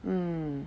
mm